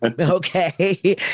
Okay